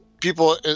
people